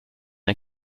n’a